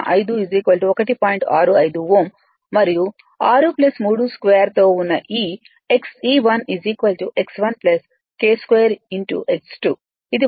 65 Ω మరియు 6 32 తో ఉన్న ఈ Xe1 x1 K 2 X2